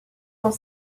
dans